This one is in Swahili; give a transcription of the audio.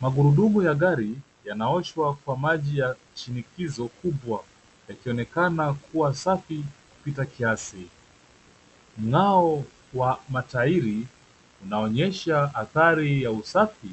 Magurudumu ya gari yanaoshwa kwa maji ya shinikizo kubwa yakionekana kuwa safi kupita kiasi. Mng'ao wa matairi unaonyesha athari ya usafi